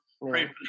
right